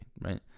right